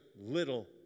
little